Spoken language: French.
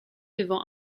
devant